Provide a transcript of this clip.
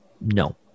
no